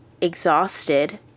exhausted